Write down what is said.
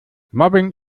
mobbing